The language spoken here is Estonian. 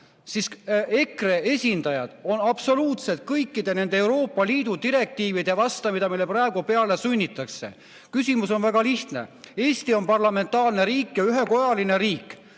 et] EKRE esindajad on absoluutselt kõikide nende Euroopa Liidu direktiivide vastu, mida meile praegu peale sunnitakse. Küsimus on väga lihtne. Eesti on parlamentaarne riik ja ühekojaline riik.